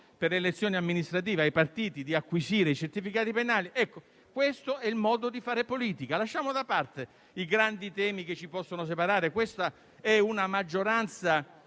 le elezioni amministrative, di acquisire i certificati penali. Questo è il modo di fare politica: lasciamo da parte i grandi temi che ci possono separare. Questa è una maggioranza